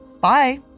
Bye